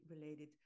related